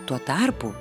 tuo tarpu